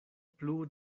plu